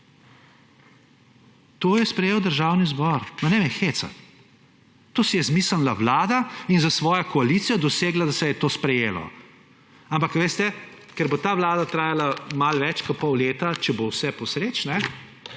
To je sprejel Državni zbor. Ne me hecat! To si je izmislila vlada in s svojo koalicijo dosegla, da se je to sprejelo. Ampak ker bo ta vlada trajala malo več kot pol leta, če bo vse po sreči,